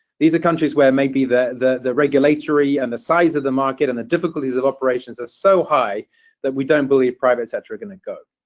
these are countries where maybe the the regulatory and the size of the market and the difficulties of operations are so high that we don't believe private sector are going to go.